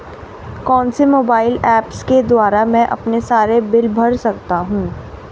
कौनसे mobile apps के द्वारा मैं अपने सारे बिल भर सकता हूं?